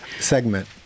segment